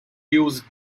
used